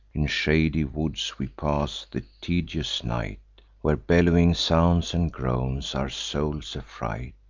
in shady woods we pass the tedious night, where bellowing sounds and groans our souls affright,